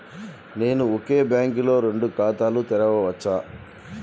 నేను ఒకే బ్యాంకులో రెండు ఖాతాలు తెరవవచ్చా?